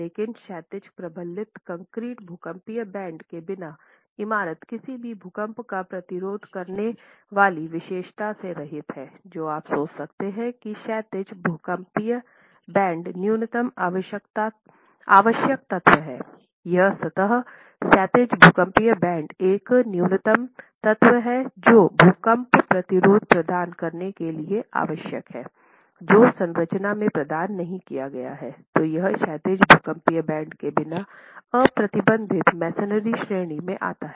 लेकिन क्षैतिज प्रबलित कंक्रीट भूकंपीय बैंड के बिना इमारत किसी भी भूकंप का विरोध करने वाली विशेषता से रहित है जो आप सोच सकते हैं कि क्षैतिज भूकंपी बैंड न्यूनतम आवश्यक तत्व है एक सतत क्षैतिज भूकंपीय बैंड एक न्यूनतम तत्व है जो भूकंप प्रतिरोध प्रदान करने के लिए आवश्यक है जो संरचना में प्रदान नहीं किया गया है तो यह क्षैतिज भूकंपीय बैंड के बिना अप्रतिबंधित मैसनरी श्रेणी में आता है